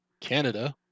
Canada